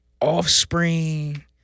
offspring